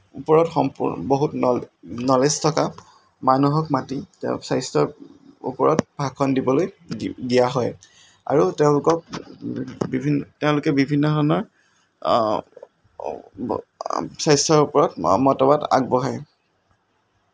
ওপৰত বহুত নলেজ থকা মানুহক মাতি তেওঁক স্বাস্থ্যৰ ওপৰত ভাষণ দিবলৈ দিয়া হয় আৰু তেওঁলোকে বিভিন্ন ধৰণৰ স্বাস্থ্যৰ ওপৰত মতামত আগবঢ়ায়